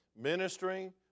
ministering